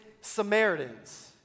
Samaritans